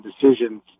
decisions